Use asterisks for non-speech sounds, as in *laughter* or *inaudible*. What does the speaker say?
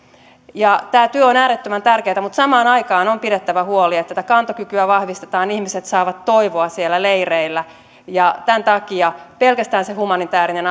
tämä työ on äärettömän tärkeätä mutta samaan aikaan on pidettävä huoli että tätä kantokykyä vahvistetaan ihmiset saavat toivoa siellä leireillä ja tämän takia ei pelkästään se humanitäärinen *unintelligible*